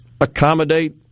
accommodate